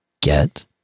get